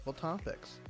topics